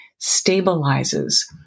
stabilizes